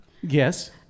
Yes